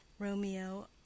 Romeo